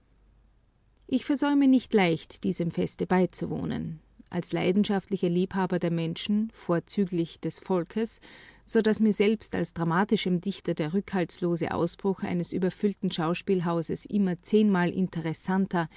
ich versäume nicht leicht diesem feste beizuwohnen als ein leidenschaftlicher liebhaber der menschen vorzüglich des volkes so daß mir selbst als dramatischem dichter der rückhaltslose ausbruch eines überfüllten schauspielhauses immer zehnmal interessanter